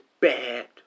bad